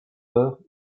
heure